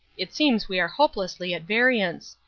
it seems we are hopelessly at variance.